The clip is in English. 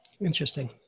Interesting